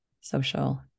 social